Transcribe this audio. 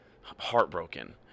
heartbroken